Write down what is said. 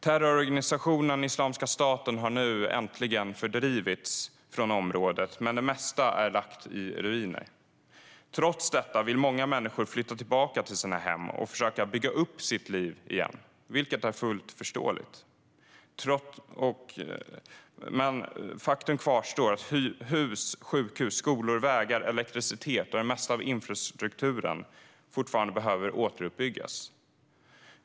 Terrororganisationen Islamiska staten har nu äntligen fördrivits från området, men det mesta är lagt i ruiner. Trots detta vill många människor flytta tillbaka till sina hem och försöka bygga upp sina liv igen, vilket är fullt förståeligt. Men faktum kvarstår: Hus, sjukhus, skolor, vägar, elektricitet och det mesta av infrastrukturen behöver återuppbyggas.